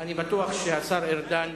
אני בטוח שהשר ארדן,